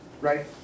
Right